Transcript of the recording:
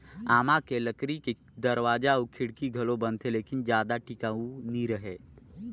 आमा के लकरी के दरवाजा अउ खिड़की घलो बनथे लेकिन जादा टिकऊ नइ रहें